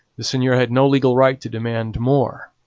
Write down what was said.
the seigneur had no legal right to demand more.